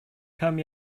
come